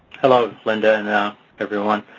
hello linda and everyone.